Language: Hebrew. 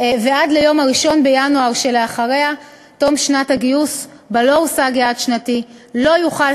ועד ליום 1 בינואר שאחרי תום שנת הגיוס שבה לא הושג יעד שנתי לא יוכל